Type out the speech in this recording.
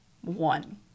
One